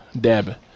Deb